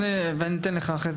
אני רוצה לשאול אותך: